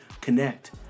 connect